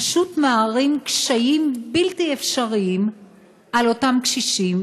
פשוט מערים קשיים בלתי אפשריים על אותם קשישים